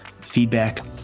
feedback